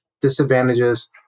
disadvantages